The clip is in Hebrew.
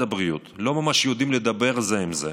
הבריאות לא ממש יודעים לדבר זה עם זה,